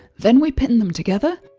then we pin them together,